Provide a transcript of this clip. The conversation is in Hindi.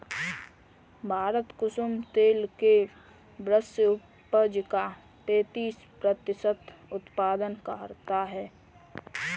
भारत कुसुम तेल के विश्व उपज का पैंतीस प्रतिशत उत्पादन करता है